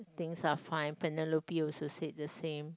things are fine Penelope also said the same